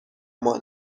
ماند